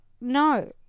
no